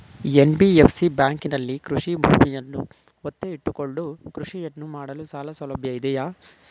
NBFC ಬ್ಯಾಂಕಿನಲ್ಲಿ ಕೃಷಿ ಭೂಮಿಯನ್ನು ಒತ್ತೆ ಇಟ್ಟುಕೊಂಡು ಕೃಷಿಯನ್ನು ಮಾಡಲು ಸಾಲಸೌಲಭ್ಯ ಇದೆಯಾ?